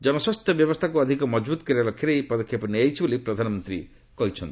ଜନସ୍ୱାସ୍ଥ୍ୟ ବ୍ୟବସ୍ତାକୁ ଅଧିକ ମଜବୁତ୍ କରିବା ଲକ୍ଷ୍ୟରେ ଏହି ପଦକ୍ଷେପ ନିଆଯାଇଛି ବୋଲି ପ୍ରଧାନମନ୍ତ୍ରୀ କହିଛନ୍ତି